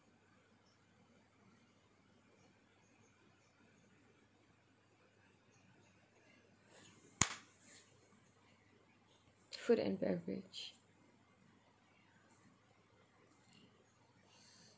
food and beverage